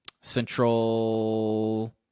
Central